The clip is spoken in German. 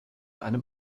einem